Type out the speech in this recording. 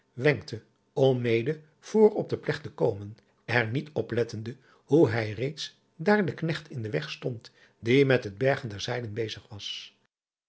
wenkte om mede voor op de plecht te komen er niet op lettende hoe hij reeds daar den knecht in den weg stond die met het bergen der zeilen bezig was